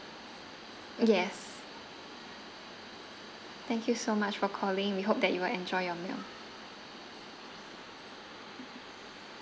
yes thank you so much for calling we hope that you will enjoy your meal